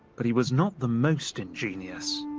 but he was not the most ingenious.